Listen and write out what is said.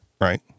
right